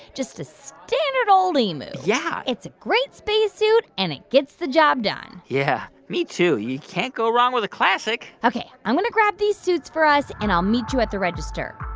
just a standard, old emu yeah it's a great spacesuit, and it gets the job done yeah, me too. you can't go wrong with a classic ok. i'm going to grab these suits for us, and i'll meet you at the register.